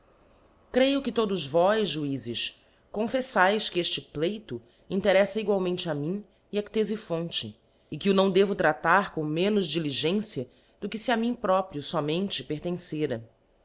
creio que todos vós juizes confeffaes que elle pleito intcrefla egualmentc a mim e a ctefiphonte e que o náo devo traclar com menos diligencia do que fe a mim próprio fomente pertencera